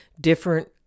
different